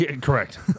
Correct